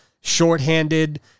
shorthanded